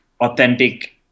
authentic